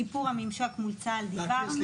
על שיפור הממשק מול צה"ל דיברנו.